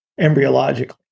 embryologically